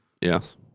Yes